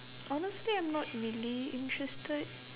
honestly I'm not really interested